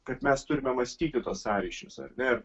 kad mes turime mąstyti tuos sąryšius ar ne